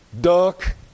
duck